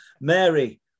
Mary